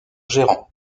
gérant